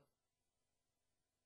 סדר-היום.